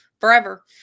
forever